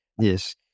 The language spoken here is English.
Yes